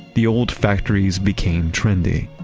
the old factories became trendy,